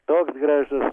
toks gražus